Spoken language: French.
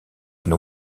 une